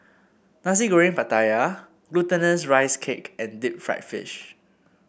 Nasi Goreng Pattaya Glutinous Rice Cake and Deep Fried Fish